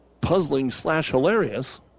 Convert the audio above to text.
puzzling-slash-hilarious